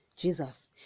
Jesus